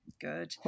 Good